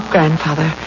Grandfather